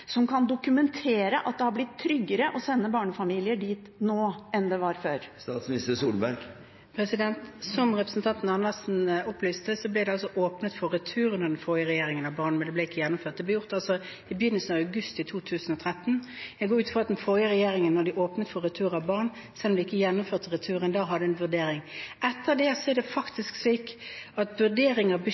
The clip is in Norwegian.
som kan dokumentere at det har blitt tryggere å sende barnefamilier dit nå enn det var før? Som representanten Andersen opplyste, ble det åpnet for retur av barn av den forrige regjeringen, men det ble ikke gjennomført. Dette ble altså gjort i begynnelsen av august i 2013. Jeg går ut fra at den forrige regjeringen, da de åpnet for retur av barn, foretok en vurdering selv om de ikke gjennomførte returen. Etter det er det faktisk slik at vurdering av beskyttelsesspørsmål – vurdering av forfølgelsesspørsmål – ikke er et politisk spørsmål, det